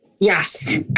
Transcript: Yes